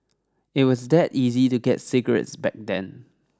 it was that easy to get cigarettes back then